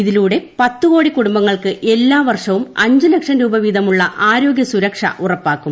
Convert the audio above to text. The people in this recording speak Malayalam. ഇതിലൂടെ പത്തുകോടി കുടുംബങ്ങൾക്ക് എല്ലാ വർഷവും അഞ്ചു ലക്ഷം രൂപ വീതമുള്ള ആരോഗ്യ സൂരക്ഷ ഉറപ്പാക്കും